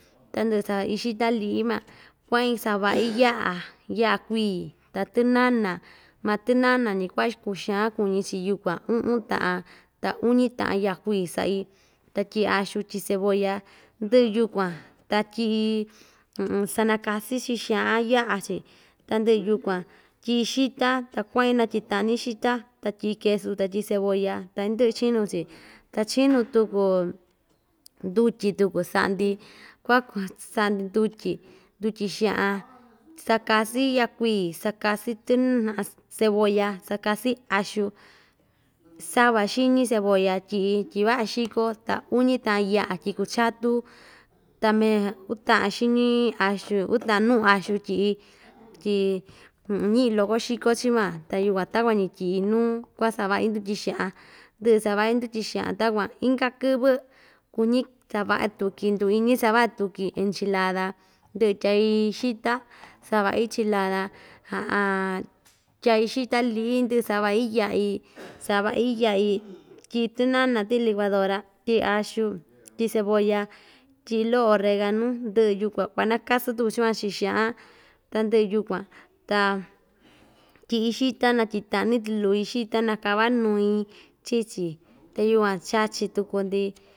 Ta ndɨꞌɨ savaꞌi xita liꞌi van kuaꞌin savaaꞌi yaꞌa yaꞌa kui ta tɨnana maa tɨnana‑ñi kua kuxan kuñi‑chi yukuan uꞌun taꞌan ta uñi taꞌan yaꞌa kui saꞌi ta tyiꞌi axu tyiꞌi cebolla ndɨꞌɨ yukuan ta tyiꞌi sanakasɨn chiꞌin xaꞌan xaꞌa‑chi tandɨꞌɨ yukuan tyiꞌi xita ta kuaꞌin natyitaꞌni xita ta tyiꞌi quesu ta tyiꞌi cebolla ta indɨꞌɨ ichinu‑chi ta chinu tuku ndutyi tuku saꞌa‑ndi kua kuts saꞌa‑ndi nutyi ndutyi xaꞌan sakasɨn yaꞌa kui sakasɨn tɨn cebolla sakasɨn axu sava xiñi cebolla tyiꞌi tyi vaꞌa xiko ta uñi taꞌan yaꞌa tyi kuchatu ta mee utaꞌan xiñi axu utaꞌan nuꞌu axu tyiꞌi tyi ñiꞌi loko xɨko‑chi van ta yukuan takua‑ñi tyiꞌi nuu kuaꞌa savaꞌi ndutyi xaꞌan ndɨꞌɨ savaꞌi ndutyi xaꞌan takuan inka kɨvɨ kuñi savaꞌa tuki nduu iñi savaꞌa tuki enchilada ndɨꞌɨ tyai xita savaꞌi chilada tyai xita liꞌi ndɨꞌɨ savaꞌi yaꞌi savaꞌi yaꞌi tyiꞌi tɨnana tiii licuadora tyiꞌi axu tyiꞌi cebolla tyiꞌi loꞌo oreganu ndɨꞌɨ yukuan kuanakasin tuku chii yukuan chiꞌin xaꞌan tandɨꞌɨ yukuan ta tyiꞌi xita natyitaꞌni tukui xita na kava nui chii‑chi ta yukuan chachi tuku‑ndi.